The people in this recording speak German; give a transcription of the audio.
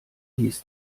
hieß